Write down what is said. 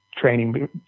training